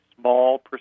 small